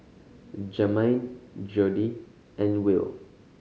Jermain Jordi and Will